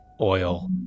oil